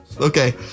Okay